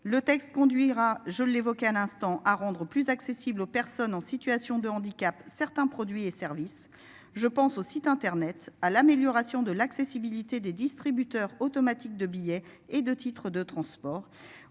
le texte conduira je l'évoquais un instant à rendre plus accessible aux personnes en situation de handicap. Certains produits et services. Je pense au site internet à l'amélioration de l'accessibilité des distributeurs automatiques de billets et de titres de transport.